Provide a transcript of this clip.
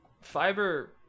Fiber